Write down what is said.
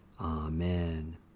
Amen